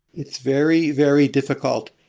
it's very, very difficult.